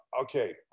Okay